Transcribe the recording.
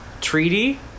treaty